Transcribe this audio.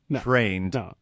trained